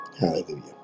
Hallelujah